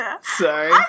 Sorry